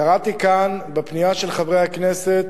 קראתי כאן, בפנייה של חברי הכנסת,